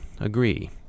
agree